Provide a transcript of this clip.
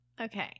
Okay